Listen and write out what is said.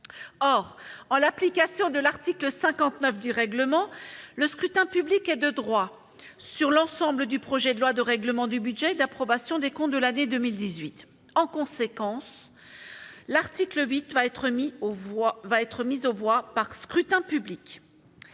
Or, en application de l'article 59 du règlement, le scrutin public est de droit sur l'ensemble du projet de loi de règlement du budget et d'approbation des comptes de l'année 2018. En conséquence, l'article 8 va être mis aux voix par scrutin public.